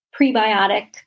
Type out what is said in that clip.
prebiotic